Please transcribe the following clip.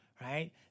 right